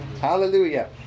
Hallelujah